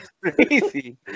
crazy